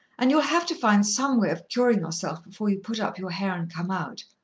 and you'll have to find some way of curin' yourself before you put up your hair and come out.